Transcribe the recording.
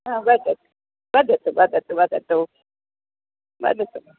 हा वदतु वदतु वदतु वदतु वदतु